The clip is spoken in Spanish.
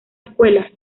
escuela